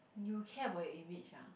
you care about your image ah